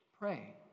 pray